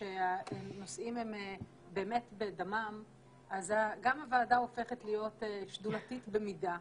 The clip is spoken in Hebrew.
שהנושאים הם באמת בדמן אז גם הוועדה הופכת להיות שדולתית במידה.